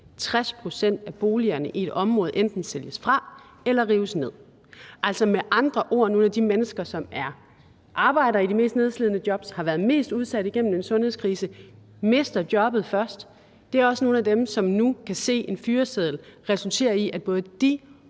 60 pct. af boligerne i et område pludselig enten sælges fra eller rives ned. Med andre ord er nogle af de mennesker, som arbejder i de mest nedslidende jobs, som har været mest udsatte i forbindelse med en sundhedskrise og har mistet jobbet først, også nogle af dem, som nu kan se en fyreseddel resultere i, at både de